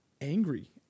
angry